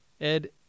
Ed